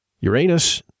Uranus